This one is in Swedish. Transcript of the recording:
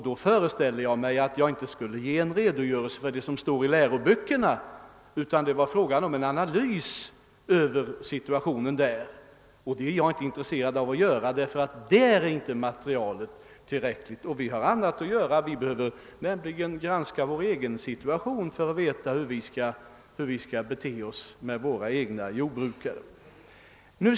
Då föreställer jag mig att jag inte skulle ge en redogörelse för vad som står i läroböckerna, utan att det var fråga om en analys av situationen i de olika länderna. En sådan är jag inte intresserad av att göra därför att materialet inte är tillräckligt. Vi har också annat att göra. Vi behöver nämligen granska vår egen situation för att veta hur vi skall ställa oss till våra egna jordbrukare.